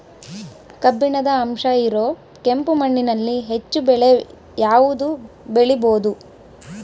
ಕಬ್ಬಿಣದ ಅಂಶ ಇರೋ ಕೆಂಪು ಮಣ್ಣಿನಲ್ಲಿ ಹೆಚ್ಚು ಬೆಳೆ ಯಾವುದು ಬೆಳಿಬೋದು?